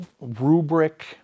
rubric